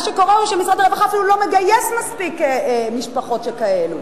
משרד הרווחה אפילו לא מגייס מספיק משפחות כאלה,